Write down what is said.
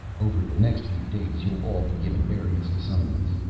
over the next few days, you'll all be given various assignments.